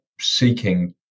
seeking